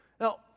Now